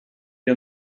wir